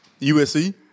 USC